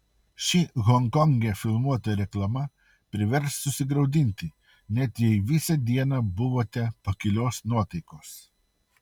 ši honkonge filmuota reklama privers susigraudinti net jei visą dieną buvote pakilios nuotaikos